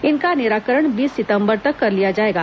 इनका निराकरण बीस सितम्बर तक कर लिया जाएगा